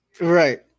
Right